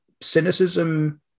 cynicism